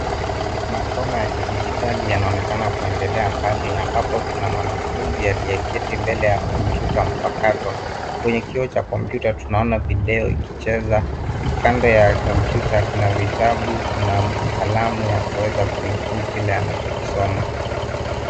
Masomo ya kidigitari yanaonekana kuendelea pale ambapo kuna mwanafunzi aliyeketi mbele ya kompyuta mpakato. Kwenye kioo cha kompyuta tunaona video ikicheza. Kando ya kompyuta kuna vitabu, kuna kalamu ya kuweza kunukuu kile anachokisoma.